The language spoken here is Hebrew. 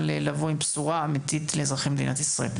לבוא עם בשורה אמיתית לאזרחי מדינת ישראל.